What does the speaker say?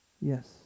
Yes